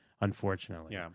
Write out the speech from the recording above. Unfortunately